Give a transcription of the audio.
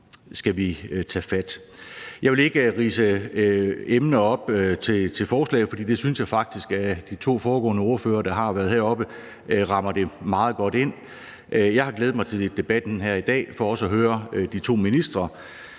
Jeg vil ikke ridse emner op til forslag, for det synes jeg faktisk de to foregående ordførere, der har været heroppe, rammer meget godt ind. Jeg har glædet mig til debatten her i dag for også at høre de to ministre.